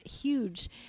huge